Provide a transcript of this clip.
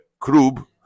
Krub